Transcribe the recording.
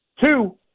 two